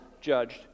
judged